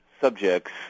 subjects